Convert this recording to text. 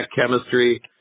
chemistry